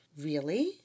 Really